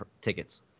tickets